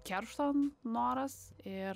keršto noras ir